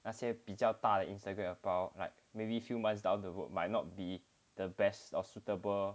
那些比较大的 Instagram account like maybe few months down the road might not be the best or suitable